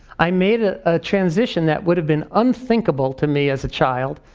i made ah a transition that would have been unthinkable to me as a child,